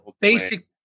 basic